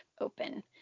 open